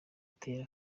atera